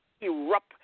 Erupt